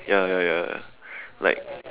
ya ya ya like